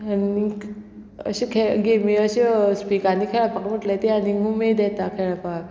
आनीक अशे खेळ गेमी अश्यो स्पिकांनी खेळपाक म्हटले ती आनीक उमेद येता खेळपाक